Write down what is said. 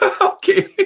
Okay